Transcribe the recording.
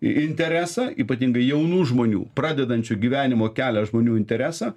interesą ypatingai jaunų žmonių pradedančių gyvenimo kelią žmonių interesą